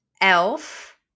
elf